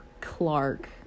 Clark